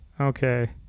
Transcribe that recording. Okay